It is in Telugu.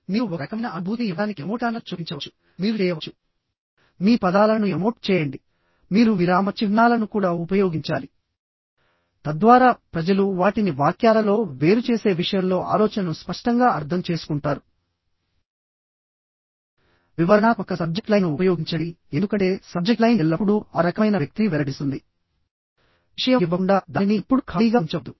మీరు ఒక రకమైన అనుభూతిని ఇవ్వడానికి ఎమోటికాన్లను చొప్పించవచ్చుమీరు చేయవచ్చు వివరణాత్మక సబ్జెక్ట్ లైన్ను ఉపయోగించండి ఎందుకంటే సబ్జెక్ట్ లైన్ ఎల్లప్పుడూ ఆ రకమైన వ్యక్తిని వెల్లడిస్తుంది మీరు ఉన్నారు మరియు ఎటువంటి విషయం ఇవ్వకుండా దానిని ఎప్పుడూ ఖాళీగా ఉంచవద్దు